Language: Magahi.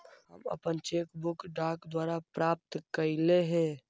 हम अपन चेक बुक डाक द्वारा प्राप्त कईली हे